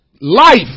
life